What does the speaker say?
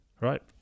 right